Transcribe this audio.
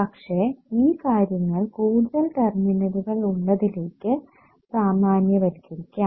പക്ഷേ ഈ കാര്യങ്ങൾ കൂടുതൽ ടെർമിനലുകൾ ഉള്ളതിലേക്ക് സാമാന്യവൽക്കരിക്കാം